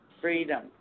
freedom